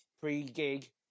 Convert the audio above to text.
pre-gig